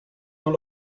dans